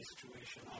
situation